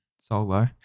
solo